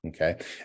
Okay